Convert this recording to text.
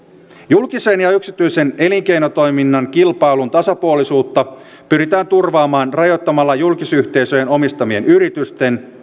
julkisen ja yksityisen elinkeinotoiminnan kilpailun tasapuolisuutta pyritään turvaamaan rajoittamalla julkisyhteisöjen omistamien yritysten